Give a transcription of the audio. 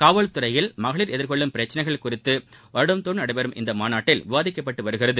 காவல்துறையில் மகளிர் எதிர்கொள்ளும் பிரச்சினைகள் குறித்து வருடந்தோறும் நடைபெறும் இந்தமாநாட்டில் விவாதிக்கப்பட்டு வருகிறது